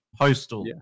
postal